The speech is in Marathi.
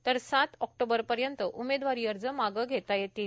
तर सात ऑक्टोबरपर्यंत उमेदवारी अर्ज मागं घेता येतील